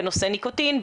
בנושא ניקוטין,